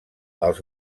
els